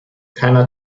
keiner